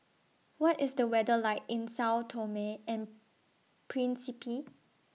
What IS The weather like in Sao Tome and Principe